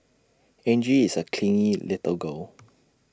Angie is A clingy little girl